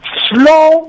slow